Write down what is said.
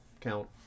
count